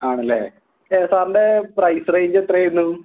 ആണല്ലേ സാറിൻ്റെ price range എത്രയായിരുന്നു